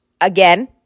again